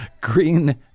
Green